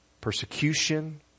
persecution